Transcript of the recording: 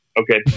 Okay